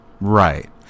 Right